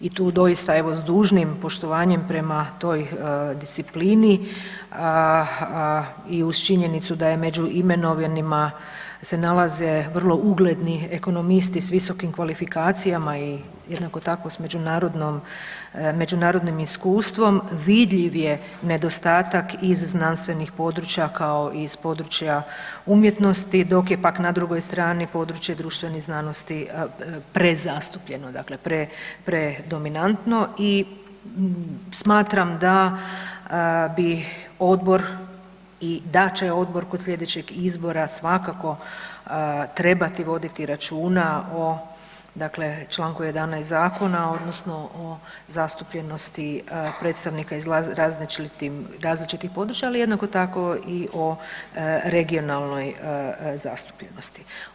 I tu doista evo s dužnim poštovanjem prema toj disciplini i uz činjenicu da je među imenovanima se nalaze se nalaze vrlo ugledni ekonomisti, s viskom kvalifikacijama i jednako tako s međunarodnim iskustvom vidljiv je nedostatak iz znanstvenih područja kao i iz područja umjetnosti dok je pak na drugoj strani područje društvenih znanosti prezastupljeno, dakle predominantno i smatram da bi odbor i da će odbor kod slijedećeg izbora svakako trebati voditi računa o dakle, čl. 11. odnosno o zastupljenosti predstavnika iz različitih područja ali jednako tako i o regionalnoj zastupljenosti.